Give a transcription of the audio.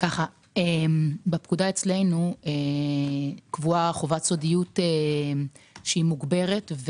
בפקודה אצלנו קבועה חובת סודיות מוגברת,